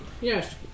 Yes